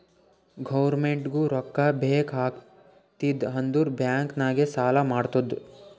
ಗೌರ್ಮೆಂಟ್ಗೂ ರೊಕ್ಕಾ ಬೇಕ್ ಆಗಿತ್ತ್ ಅಂದುರ್ ಬ್ಯಾಂಕ್ ನಾಗ್ ಸಾಲಾ ಮಾಡ್ತುದ್